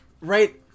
right